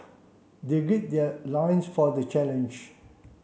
they gird their lions for the challenge